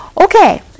Okay